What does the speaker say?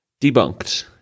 Debunked